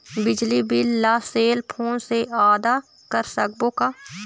बिजली बिल ला cell phone से आदा कर सकबो का?